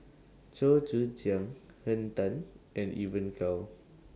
Chua Joon Siang Henn Tan and Evon Kow